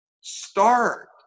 start